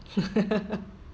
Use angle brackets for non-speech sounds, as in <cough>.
<laughs>